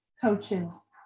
coaches